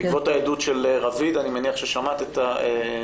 בעקבות העדות של רביד, אני מניח ששמעת את העדות.